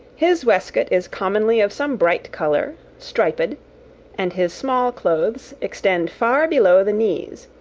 his waistcoat is commonly of some bright colour, striped and his small-clothes extend far below the knees,